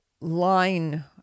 line